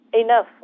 enough